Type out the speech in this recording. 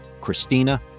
Christina